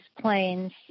planes